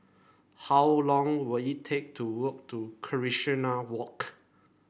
how long will it take to walk to Casuarina Walk